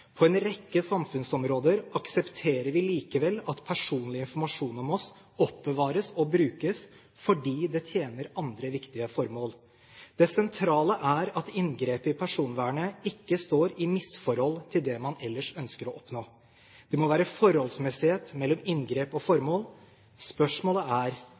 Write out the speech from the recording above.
På en rekke samfunnsområder aksepterer vi likevel at personlig informasjon om oss oppbevares og brukes fordi det tjener andre viktige formål. Det sentrale er at inngrepet i personvernet ikke står i misforhold til det man ellers ønsker å oppnå. Det må være forholdsmessighet mellom inngrep og formål. Spørsmålet er: